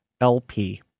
LP